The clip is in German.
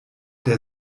der